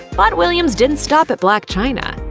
but williams didn't stop at blac chyna.